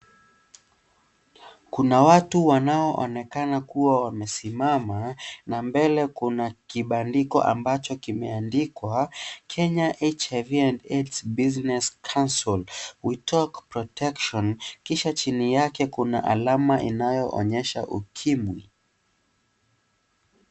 Kuna watu wanaonekana kuwa wamesimama na mbele kuna kibandiko ambacho kimeandikwa; kenya HIV and AIDS cancel we take protection kisha chini yake kuna alama inayoonyesha ukimwi.